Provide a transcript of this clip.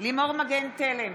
לימור מגן תלם,